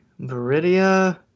Viridia